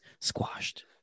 squashed